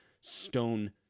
stone